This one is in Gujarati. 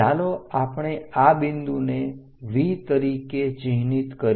ચાલો આપણે આ બિંદુને V તરીકે ચિહ્નિત કરીએ